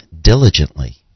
diligently